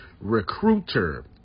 recruiter